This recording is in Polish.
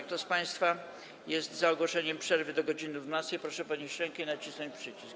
Kto z państwa jest za ogłoszeniem przerwy do godz. 12, proszę podnieść rękę i nacisnąć przycisk.